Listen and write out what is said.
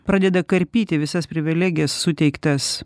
pradeda karpyti visas privilegijas suteiktas